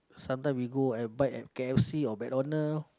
sometime we go and bite at k_f_c or MacDonald